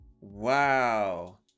wow